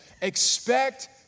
Expect